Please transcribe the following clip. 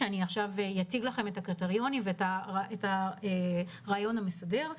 אני אציג לכם עכשיו את הקריטריונים ואת הרעיון המסדר.